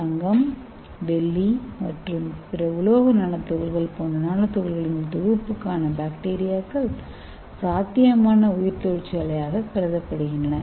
தங்கம் வெள்ளி மற்றும் பிற உலோக நானோதுகள்கள் போன்ற நானோதுகள்களின் தொகுப்புக்கான பாக்டீரியாக்கள் சாத்தியமான உயிர்தொழிற்சாலையாக கருதப்படுகின்றன